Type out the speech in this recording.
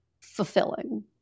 fulfilling